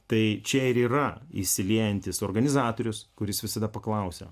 tai čia ir yra įsiliejantis organizatorius kuris visada paklausia